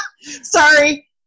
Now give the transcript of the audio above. Sorry